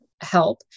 help